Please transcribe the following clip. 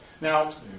Now